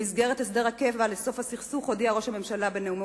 במסגרת הסדר הקבע לסוף הסכסוך הודיע ראש הממשלה בנאומו